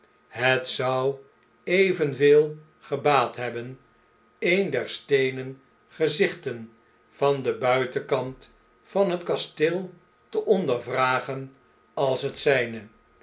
het zou evenveel gebaathebbeneendersteenen gezichten van den buitenkant van het kasteel te ondervragen als hetzijne zijn